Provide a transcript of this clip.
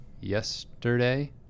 yesterday